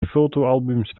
fotoalbums